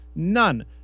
None